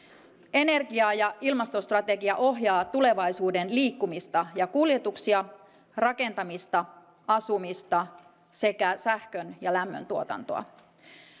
energia ja ilmastostrategia ohjaa tulevaisuuden liikkumista ja kuljetuksia rakentamista asumista sekä sähkön ja lämmöntuotantoa